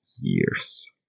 years